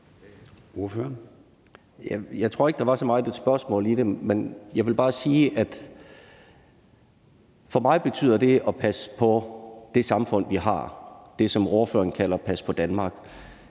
Jeg tror ikke, der var så meget et spørgsmål i det. Men jeg vil bare sige, at for mig betyder det at passe på det samfund, vi har – det, som ordføreren kalder at passe på Danmark